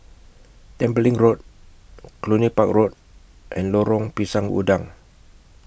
Tembeling Road Cluny Park Road and Lorong Pisang Udang